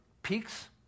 peaks